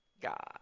God